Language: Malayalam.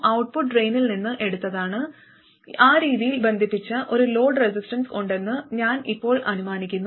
ഔട്ട്പുട്ട് ഡ്രെയിനിൽ നിന്ന് എടുത്തതാണ് ആ രീതിയിൽ ബന്ധിപ്പിച്ച ഒരു ലോഡ് റെസിസ്റ്റൻസ് ഉണ്ടെന്ന് ഞാൻ ഇപ്പോൾ അനുമാനിക്കുന്നു